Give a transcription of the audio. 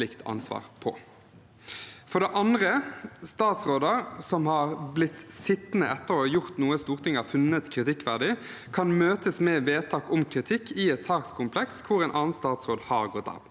For det andre kan statsråder som har blitt sittende etter å ha gjort noe Stortinget har funnet kritikkverdig, møtes med vedtak om kritikk i et sakskompleks hvor en annen statsråd har gått av.